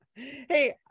Hey